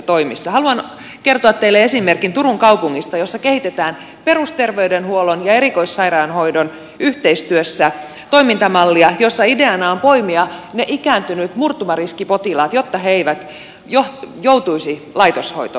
haluan kertoa teille esimerkin turun kaupungista jossa kehitetään perusterveydenhuollon ja erikoissairaanhoidon yhteistyössä toimintamallia jossa ideana on poimia ikääntyneet murtumariskipotilaat jotta he eivät joutuisi laitoshoitoon